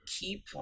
keep